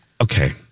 Okay